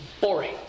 boring